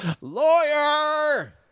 Lawyer